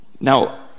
Now